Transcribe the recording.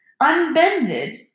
unbended